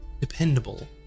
dependable